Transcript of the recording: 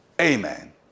amen